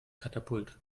katapult